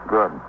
Good